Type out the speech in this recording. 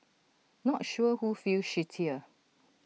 not sure who feels shittier